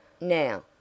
Now